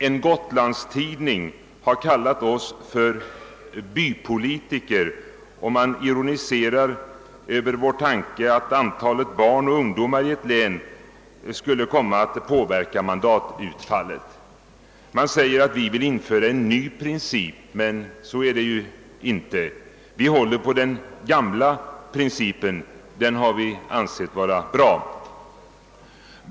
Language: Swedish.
En gotlandstidning har kallat oss motionärer för bypolitiker och man ironiserar över vår tanke att antalet barn och ungdomar i ett län skulle komma att påverka mandatutfallet. Man säger att vi vill införa en ny princip, men så är ju inte fallet. Vi håller på den gamla principen. Den har vi ansett vara bra.